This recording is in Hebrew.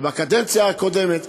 בקדנציה הקודמת,